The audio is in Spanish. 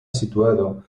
situado